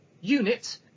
Unit